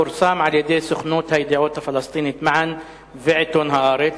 פורסם על-ידי סוכנות הידיעות הפלסטינית "מען" ועיתון "הארץ"